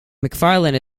mcfarland